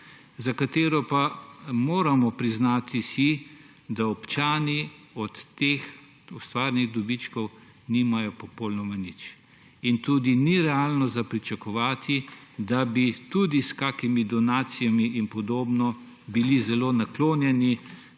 za katere pa si moramo priznati, da občani od teh ustvarjenih dobičkov nimajo popolnoma nič. In tudi ni realno za pričakovati, da bi bili tudi s kakimi donacijami in podobnim zelo naklonjeni,